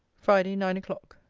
friday, nine o'clock.